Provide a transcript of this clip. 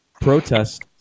protest